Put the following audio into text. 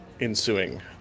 ensuing